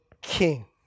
King